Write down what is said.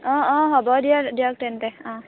অঁ অঁ হ'ব দিয়ক দিয়ক তেন্তে অঁ